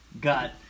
Got